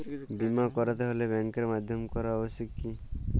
বিমা করাতে হলে ব্যাঙ্কের মাধ্যমে করা আবশ্যিক কি?